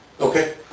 Okay